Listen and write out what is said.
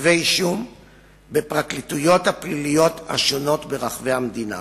כתבי אישום בפרקליטויות הפליליות השונות ברחבי המדינה.